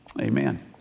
amen